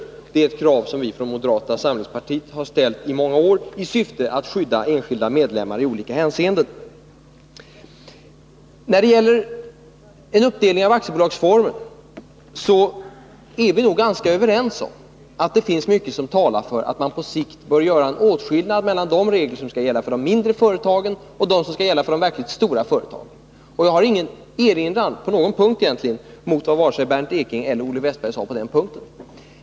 Det är ett krav som vi i moderata samlingspartiet ställt i många år ,i syfte att skydda enskilda medlemmar i olika hänseenden. I frågan om en uppdelning av aktiebolagsformen är vi nog överens om att det finns mycket som talar för att man på sikt skall göra en åtskillnad mellan reglerna för de mindre företagen och reglerna för de verkligt stora företagen. Jag har egentligen inte på någon punkt någon erinran mot vad Bernt Ekinge och Olle Wästberg i Stockholm sade på den punkten.